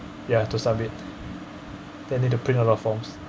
you have to submit then need to print out your forms